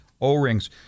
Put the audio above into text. O-rings